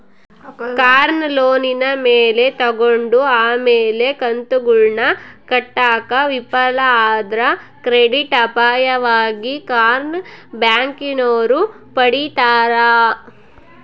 ಕಾರ್ನ ಲೋನಿನ ಮ್ಯಾಲೆ ತಗಂಡು ಆಮೇಲೆ ಕಂತುಗುಳ್ನ ಕಟ್ಟಾಕ ವಿಫಲ ಆದ್ರ ಕ್ರೆಡಿಟ್ ಅಪಾಯವಾಗಿ ಕಾರ್ನ ಬ್ಯಾಂಕಿನೋರು ಪಡೀತಾರ